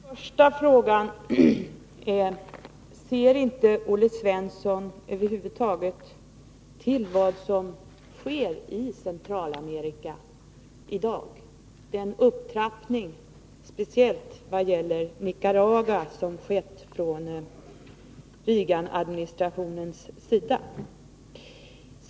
Fru talman! Den första frågan är: Känner inte Olle Svensson över huvud taget till vad som sker i Centralamerika i dag — den upptrappning speciellt vad gäller Nicaragua som skett från Reaganadministrationens sida?